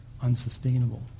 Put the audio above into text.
unsustainable